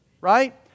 right